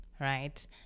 right